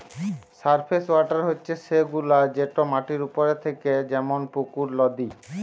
surface water হছে সেগুলা যেট মাটির উপরে থ্যাকে যেমল পুকুর, লদী